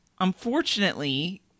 unfortunately